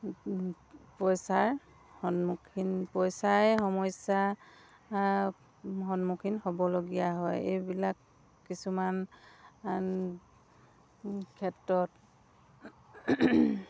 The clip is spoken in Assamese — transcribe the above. পইচাৰ সন্মুখীন পইচাই সমস্যা সন্মুখীন হ'বলগীয়া হয় এইবিলাক কিছুমান ক্ষেত্ৰত